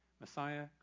Messiah